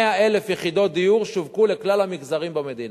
100,000 יחידות דיור שווקו לכלל המגזרים במדינה.